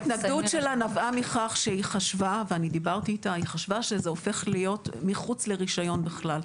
ההתנגדות שלה נבעה מכך שהיא חשבה שזה הופך להיות מחוץ לרישיון בכלל,